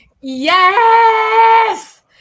Yes